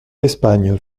d’espagne